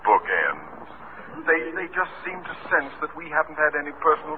book they just seem to suggest that we haven't had any personal